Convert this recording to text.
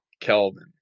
Kelvin